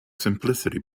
simplicity